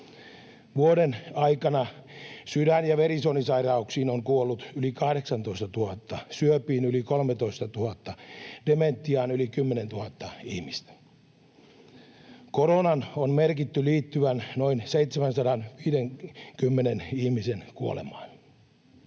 Vuoden aikana sydän- ja verisuonisairauksiin on kuollut yli 18 000, syöpiin yli 13 000 ja dementiaan yli 10 000 ihmistä. Koronan on merkitty liittyvän noin 750 ihmisen kuolemaan.